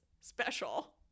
special